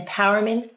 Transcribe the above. empowerment